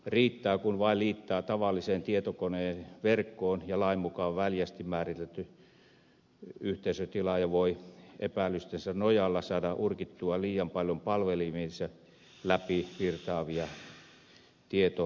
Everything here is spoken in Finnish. riittää kun vain liittyy tavalliseen tietokoneverkkoon ja lain mukaan väljästi määritelty yhteisötilaaja voi epäilystensä nojalla saada urkittua liian paljon palvelimiensa läpi virtaavista tietomassoista